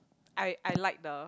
I I like the